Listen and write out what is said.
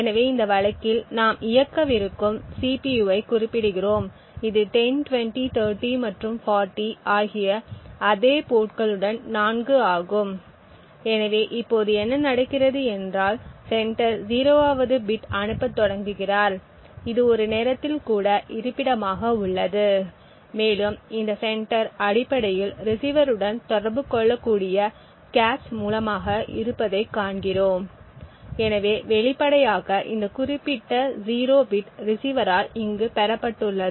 எனவே இந்த வழக்கில் நாம் இயக்க விரும்பும் CPU ஐக் குறிப்பிடுகிறோம் இது 10 20 30 மற்றும் 40 ஆகிய அதே போர்ட்களுடன் 4 ஆகும் எனவே இப்போது என்ன நடக்கிறது என்றால் செண்டர் 0 வது பிட் அனுப்பத் தொடங்குகிறார் இது ஒரு நேரத்தில் கூட இருப்பிடமாக உள்ளது மேலும் இந்த செண்டர் அடிப்படையில் ரிஸீவருடன் தொடர்பு கொள்ளக்கூடிய கேச் மூலமாக இருப்பதைக் காண்கிறோம் எனவே வெளிப்படையாக இந்த குறிப்பிட்ட 0 பிட் ரீசிவரால் இங்கு பெறப்பட்டுள்ளது